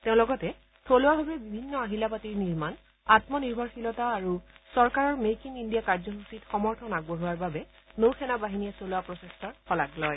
তেওঁ লগতে থলুৱাভাবে বিভিন্ন আহিলাপাটিৰ নিৰ্মাণ আম্ম নিৰ্ভৰশীলতা আৰু চৰকাৰৰ মেক ইন ইণ্ডিয়া কাৰ্যসূচীত সমৰ্থন আগবঢ়োৱাৰ বাবে নৌ সেনা বাহিনীয়ে চলোৱা প্ৰচেষ্টাৰ শলাগ লয়